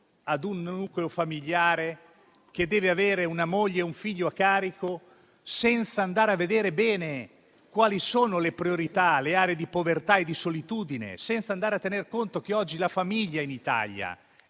a un nucleo familiare, che deve avere una moglie e un figlio a carico, senza andare a vedere bene quali sono le priorità e le aree di povertà e di solitudine, senza tener conto del fatto che oggi la famiglia in Italia